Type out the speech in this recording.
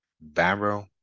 Barrow